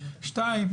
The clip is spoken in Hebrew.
שתיים,